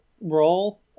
role